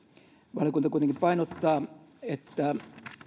valiokunta kuitenkin painottaa että